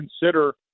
consider